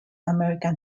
american